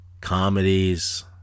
Comedies